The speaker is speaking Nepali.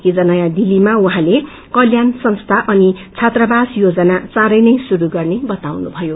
हिज नयाँ दिल्लीमा उहाँले कल्याण संस्था अनि छात्रावास योजना चाँड नै शुरू गर्ने बताउनुभयो